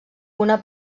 una